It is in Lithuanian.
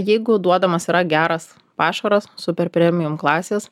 jeigu duodamas yra geras pašaras super premium klasės